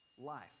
life